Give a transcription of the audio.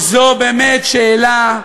שזאת באמת שאלה,